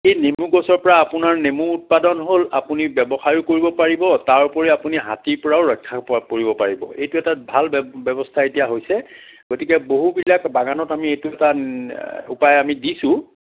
সেই নেমু গছৰ পৰা আপোনাৰ নেমু উৎপাদন হ'ল আপুনি ব্যৱসায়ো ৰিব পাৰিব তাৰ উপৰিও আপুনি হাতীৰ পৰা ৰক্ষাও পোৱা পাব পাৰিব এইটো এটা ভাল ব্যৱস্থা এতিয়া হৈছে গতিকে বহুবিলাক বাগানত আমি এইটো এটা উপায় আমি দিছোঁ